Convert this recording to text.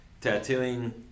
tattooing